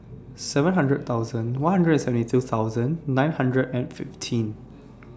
seven hundred thousand one hundred and seventy two thousand nine hundred and fifteen